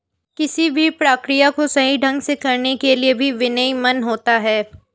किसी भी प्रक्रिया को सही ढंग से करने के लिए भी विनियमन होता है